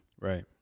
Right